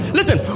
Listen